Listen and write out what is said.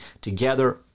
together